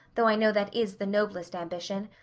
though i know that is the noblest ambition.